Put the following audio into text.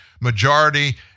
majority